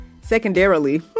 secondarily